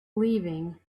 leaving